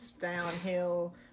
downhill